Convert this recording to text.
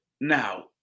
Now